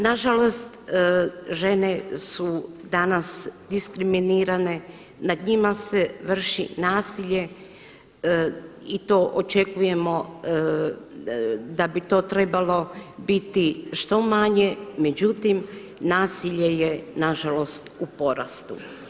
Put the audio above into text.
Nažalost žene su danas diskriminirane, nad njima se vrši nasilje i to očekujemo da bi to trebalo biti što manje međutim nasilje je nažalost u porastu.